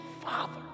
Father